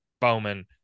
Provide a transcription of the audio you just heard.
Bowman